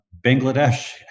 Bangladesh